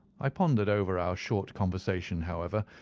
i pondered over our short conversation, however,